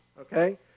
okay